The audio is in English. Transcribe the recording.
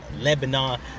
Lebanon